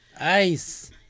Ice